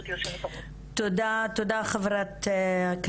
תודה רבה, גברתי יושבת הראש.